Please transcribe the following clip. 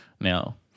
now